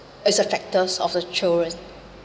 is a factors of the children